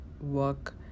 work